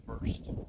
first